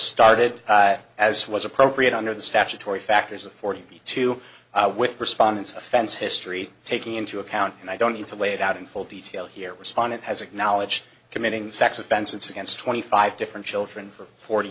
started as was appropriate under the statutory factors of forty two with respondents offense history taking into account and i don't need to lay it out in full detail here respondent has acknowledged committing sex offenses against twenty five different children for forty